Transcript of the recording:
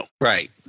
Right